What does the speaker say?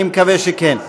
אני מקווה שכן.